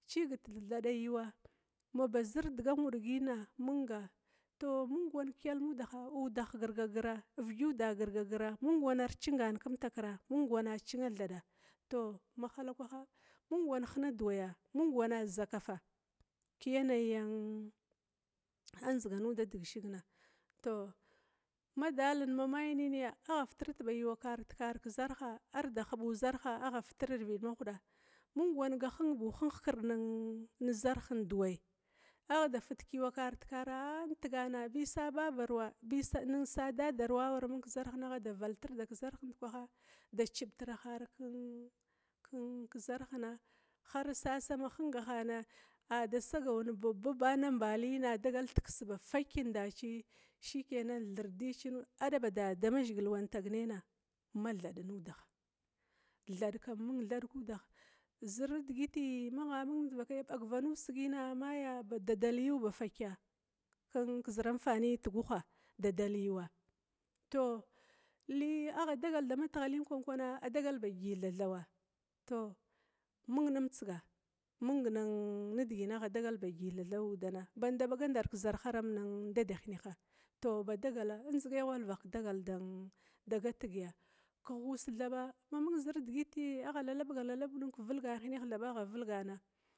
Cigit tethada yuwa, maba zirdiga nwudgina, munga, tou mung wan kekyalmudaha girgagir, vigyuda girgagira mung wana cinamtakira mung wana cinana thada tou mahalakwaha mung wan hina dewaya mung wana zakafa keyanayi adziganuda degshiga. tou ma dali mayinia agha fitirit ba guwa kara tekara ke zarha arda hubu zarha agha fitra kervisd mamhud, mung wan ga hing bou hing ihkir zarh dewaya, agha da fit keyiwa kara tikara a integana bisa babaruwa bisa dadaruwa amung kezarh agha da valtirda kezarh da cibtra hara kezarhna har sa sama hingahana a da sagaw nambalina a dagal dekis ba fekna daci shikena thirdi ci nuda, adaba damazhigil wan tagnena, mathad nuda, thadkam ming thad zir digiti ma mung ma bagua nusigina ma dadal yu ba fakka, zir amfaniyi teguha dadal yuwa, tou li agha dagal dama teghalina, a dagal bad gi thathawa, tou mung numtsiga mung nin agha dagal bad thathawa, banda baga ndar kezarhara am dada hineha, tou badagala nzigai ghwalvah kedagal da gatigiya, kegh uss thaba ma mung nidigiti agha lallabga lalabga nin agha vilgana.